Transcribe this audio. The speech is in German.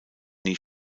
nie